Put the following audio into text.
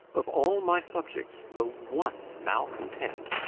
of all my subjects the one malcontent,